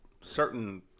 certain